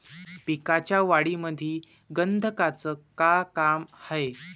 पिकाच्या वाढीमंदी गंधकाचं का काम हाये?